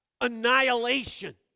annihilation